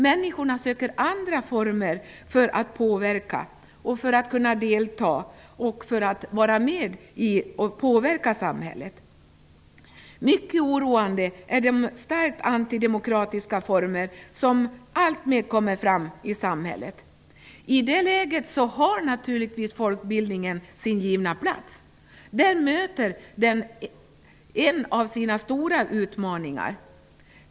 Människorna söker andra former för påverkan, medverkan och delaktighet. Mycket oroande är de starkt antidemokratiska stämningar som alltmer kommer fram i samhället. I det läget har folkbildningen en given plats. Där möter den en av sina utmaningar.